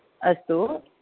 अस्तु